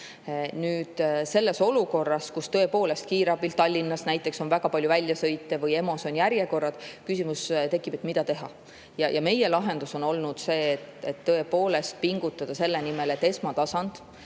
üle. Selles olukorras, kus tõepoolest kiirabil Tallinnas näiteks on väga palju väljasõite ja EMO-s on järjekorrad, tekib küsimus, mida teha. Meie lahendus on olnud see, et pingutada selle nimel, et esmatasand,